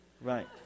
Right